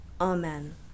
Amen